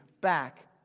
back